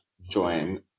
join